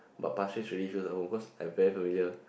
but Pasir-Ris really feels like home cause I very familiar